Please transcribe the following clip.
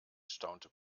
staunte